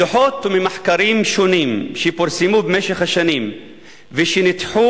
מדוחות וממחקרים שונים שפורסמו במשך השנים ושניתחו